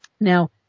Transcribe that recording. Now